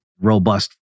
robust